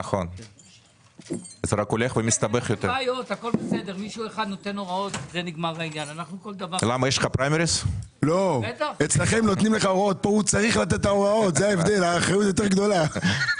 כאן אני רואה דברים קיבלתי במהלך השבוע האחרון ואני רוצה